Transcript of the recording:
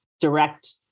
direct